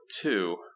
two